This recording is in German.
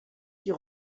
die